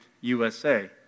USA